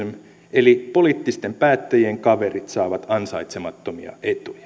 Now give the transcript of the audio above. eli poliittisten päättäjien kaverit saavat ansaitsemattomia etuja